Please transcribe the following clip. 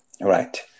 right